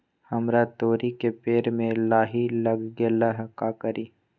हमरा तोरी के पेड़ में लाही लग गेल है का करी?